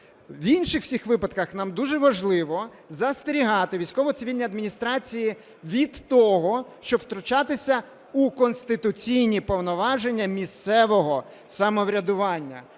В інших всіх випадках нам дуже важливо застерігати військово-цивільні адміністрації від того, щоб втручатися у конституційні повноваження місцевого самоврядування.